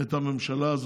את הממשלה הזאת,